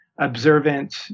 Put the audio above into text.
observant